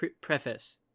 preface